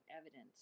evidence